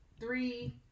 three